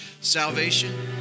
salvation